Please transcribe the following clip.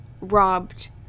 robbed